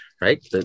right